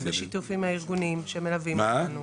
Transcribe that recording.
בשיתוף עם הארגונים שמלווים אותנו,